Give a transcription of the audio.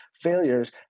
failures